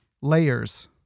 layers